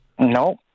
No